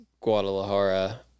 Guadalajara